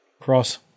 Cross